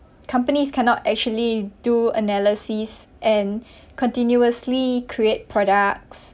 companies cannot actually do analysis and continuously create products